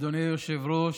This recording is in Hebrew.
אדוני היושב-ראש,